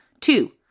Two